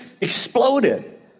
exploded